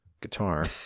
guitar